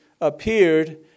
appeared